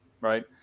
right